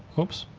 oops,